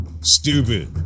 Stupid